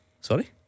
sorry